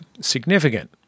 significant